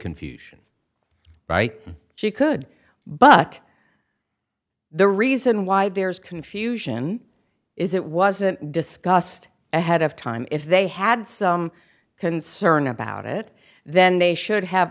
confusion right she could but the reason why there is confusion is it wasn't discussed ahead of time if they had some concern about it then they should have